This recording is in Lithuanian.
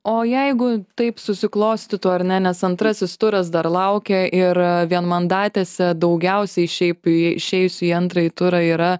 o jeigu taip susiklostytų ar ne nes antrasis turas dar laukia ir vienmandatėse daugiausiai šiaip išėjusių į antrąjį turą yra